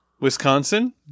Wisconsin